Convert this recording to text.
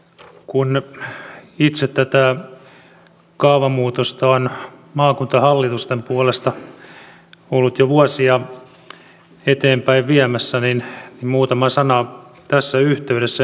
kun itse tätä muutosta olen maakuntahallitusten puolesta ollut jo vuosia eteenpäin viemässä niin muutama sana tässä yhteydessä